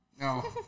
No